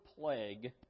plague